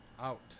Out